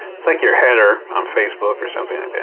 it's like your header on facebook or something like that.